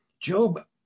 Job